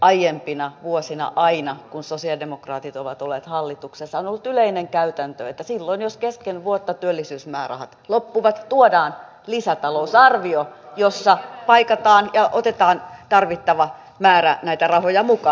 aiempina vuosina aina kun sosialidemokraatit ovat olleet hallituksessa on ollut yleinen käytäntö että silloin jos kesken vuotta työllisyysmäärärahat loppuvat tuodaan lisätalousarvio jossa paikataan ja otetaan tarvittava määrä näitä rahoja mukaan